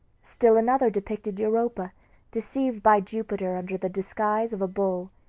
still another depicted europa deceived by jupiter under the disguise of a bull.